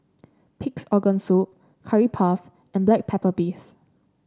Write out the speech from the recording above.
Pig's Organ Soup Curry Puff and Black Pepper Beef